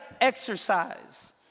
exercise